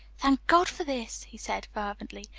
thank god for this! he said, fervently.